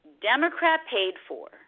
Democrat-paid-for